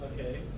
Okay